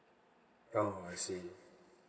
oh I see